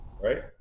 Right